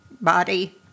body